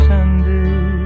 Sunday